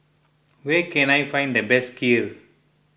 where can I find the best Kheer